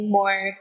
more